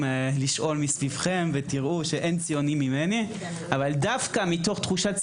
לשאול מסביבכם ולראות אבל דווקא מתוך תחושת ציונות,